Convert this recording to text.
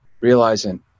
realizing